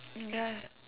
ya